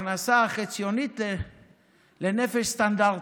הכנסה חציונית לנפש סטנדרטית,